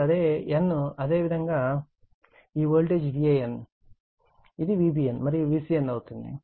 మరియు ఇది n అదే విధంగా ఈ వోల్టేజ్ Van ఇది Vbn ఇది Vcn అవుతుంది